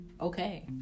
okay